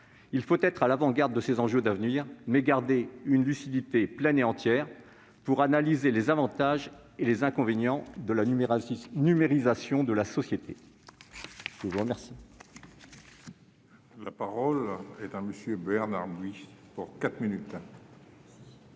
Il faut être à l'avant-garde de ces enjeux d'avenir, mais il faut aussi garder une lucidité pleine et entière pour analyser les avantages et les inconvénients de la numérisation de la société. La parole